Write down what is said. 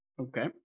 Okay